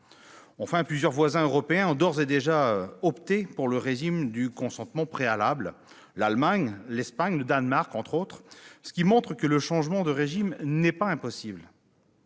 Enfin, plusieurs de nos partenaires européens ont d'ores et déjà opté pour le régime du consentement préalable- l'Allemagne, l'Espagne ou encore le Danemark -, ce qui montre que le changement de régime n'est pas impossible.